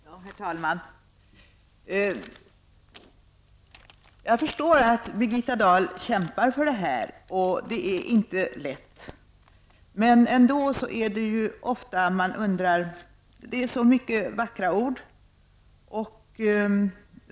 Herr talman! Jag förstår att Birgitta Dahl kämpar för det här, och det är inte lätt. Men det är ändå ofta man undrar över detta. Det är så många vackra ord.